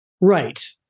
Right